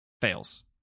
fails